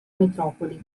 metropoli